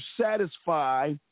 satisfy